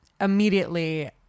immediately